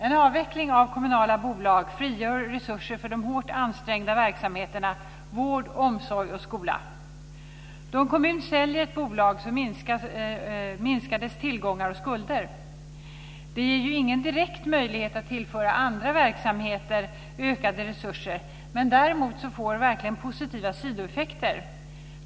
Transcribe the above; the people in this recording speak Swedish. En avveckling av kommunala bolag frigör resurser för de hårt ansträngda verksamheterna vård, omsorg och skola. Om en kommun säljer ett bolag minskar dess tillgångar och skulder. Det ger ingen direkt möjlighet att tillföra andra verksamheter ökade resurser. Däremot får det verkligen positiva sidoeffekter.